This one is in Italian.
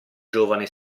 giovane